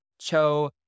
Cho